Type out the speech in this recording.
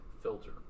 filter